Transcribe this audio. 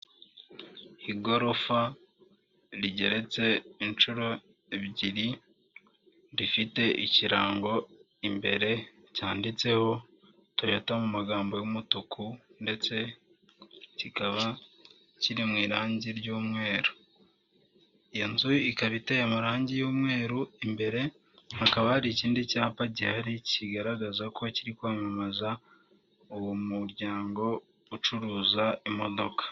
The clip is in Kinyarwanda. Igorofa rigeretse inshuro ebyiri rifite ikirango imbere cyanditseho toyota mu magambo y'umutuku ndetse kikaba kiri mu irangi ry'umweru. Iyo nzu ikaba iteye amarangi y' umweru imbere hakaba hari ikindi cyapa gihari kigaragaza ko kiri kwamamaza uwo muryango ucuruza imodoka.